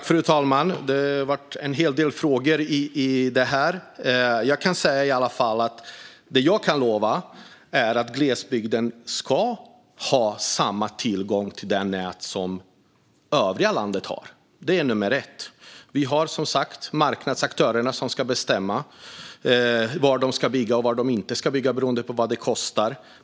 Fru talman! Det har ställts en hel del frågor om detta. Det som jag kan lova är att glesbygden ska ha samma tillgång till det nät som övriga landet har. Det är nummer ett. Det är som sagt marknadsaktörerna som bestämmer var de ska bygga och var de inte ska bygga beroende på vad det kostar.